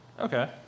Okay